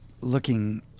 looking